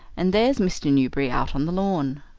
and there's mr. newberry out on the lawn.